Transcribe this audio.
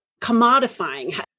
commodifying